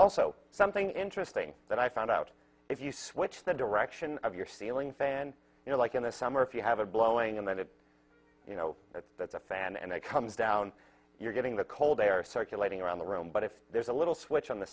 also something interesting that i found out if you switch the direction of your ceiling fan you know like in the summer if you have a blowing in that you know that's that's a fan and it comes down you're getting the cold air circulating around the room but if there's a little switch on the